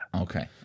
Okay